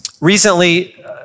recently